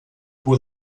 por